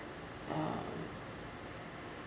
uh